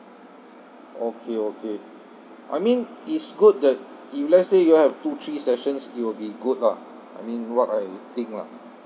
okay okay I mean is good that if let's say you all have two three sessions it will be good lah I mean what I think lah